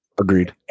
Agreed